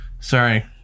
Sorry